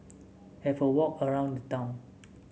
have a walk around town